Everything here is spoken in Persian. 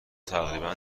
تقریبا